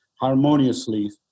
harmoniously